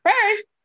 first